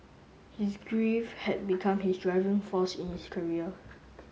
his grief had become his driving force in his career